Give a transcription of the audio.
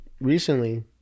recently